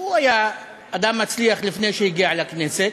הוא היה אדם מצליח לפני שהגיע לכנסת,